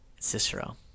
Cicero